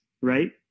right